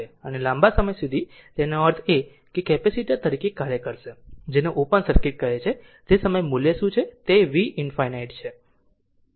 અને લાંબા સમય સુધી તેનો અર્થ એ કે કેપેસિટર તરીકે કાર્ય કરશે જેને ઓપન સર્કિટ કહે છે તે સમયે મૂલ્ય શું છે તે V ∞ છે